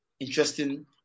interesting